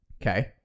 Okay